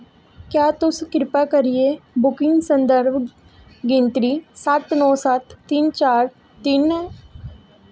क्या तुस कृपा करियै बुकिंग संदर्भ गिनतरी सत्त नौ सत्त तिन्न चार तिन्न